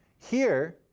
here,